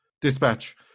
dispatch